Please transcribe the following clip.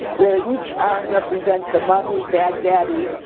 where each arm represents a mommy, bad daddy,